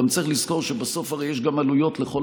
צריך לזכור שבסוף הרי יש עלויות דגם לכל